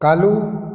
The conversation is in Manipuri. ꯀꯥꯜꯂꯨ